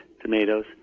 tomatoes